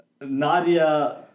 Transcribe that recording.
Nadia